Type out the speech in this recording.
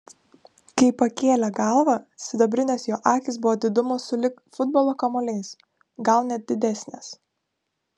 kai pakėlė galvą sidabrinės jo akys buvo didumo sulig futbolo kamuoliais gal net didesnės